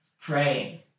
praying